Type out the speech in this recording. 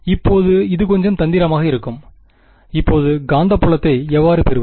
இப்போது இது கொஞ்சம் தந்திரமாக இருக்கும் இப்போது காந்தப்புலத்தை எவ்வாறு பெறுவது